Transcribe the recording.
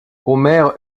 homère